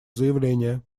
заявление